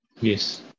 Yes